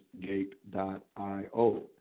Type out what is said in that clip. Gate.io